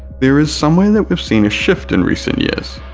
there is somewhere that we've seen a shift in recent years.